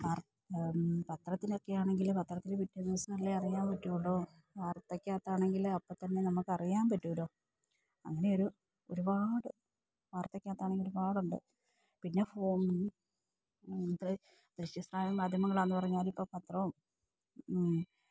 പത്രത്തിലൊക്കെയാണെങ്കില് പത്രത്തില് പിറ്റേ ദിവസമല്ലേ അറിയാന് പറ്റുകയുള്ളു വാർത്തയ്ക്കകത്താണെങ്കില് അപ്പോള്ത്തന്നെ നമുക്കറിയാന് പറ്റുമല്ലോ അങ്ങനെയൊരു ഒരുപാട് വാർത്തയ്ക്കകത്താണെങ്കിലൊരുപാടുണ്ട് പിന്നെ ഫോൺ മാധ്യമങ്ങളാണെന്നു പറഞ്ഞാലിപ്പോള് പത്രവും